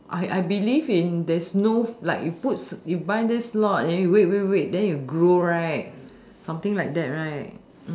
I I believe in there's no like you put in you buy this lot then you wait wait wait then you grow right something like that right